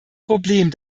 problem